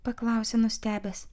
paklausė nustebęs